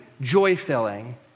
joy-filling